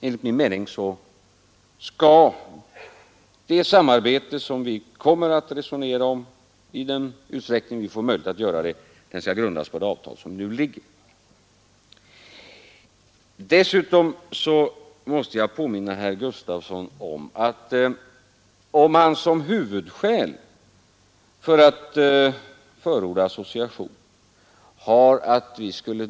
Enligt min mening skall det samarbete vi kommer att Tisdagen den S = 12 december 1972 g Om herr CFIStalsens huvuds a vägen skulle nå fram till en tullunion, måste jag påminna herr Gustafson resonera om, i den utsträckning vi får möjlighet att göra det, grundas på det avtal som nu finns.